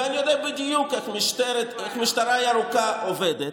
ואני יודע בדיוק איך המשטרה הירוקה עובדת,